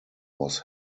was